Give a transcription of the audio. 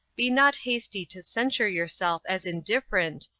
be not hasty to censure yourself as indifferent,